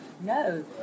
No